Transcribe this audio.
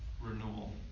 renewal